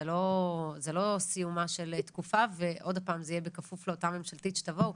זו לא סיומה של תקופה וזה יהיה בכפוף לאותה ממשלתית שתביאו.